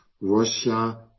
Russia